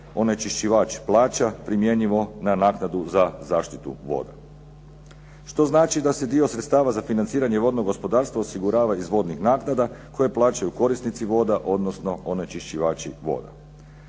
onečišćivač plaća primjenjivo na naknadu za zaštitu voda. Što znači da se dio sredstava za financiranje vodnog gospodarstva osigurava iz vodnih naknada koje plaćaju korisnici voda odnosno onečišćivači voda.